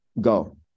go